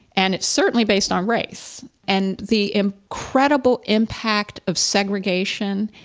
and it's certainly based on race. and the incredible impact of segregation,